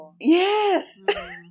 Yes